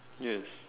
yes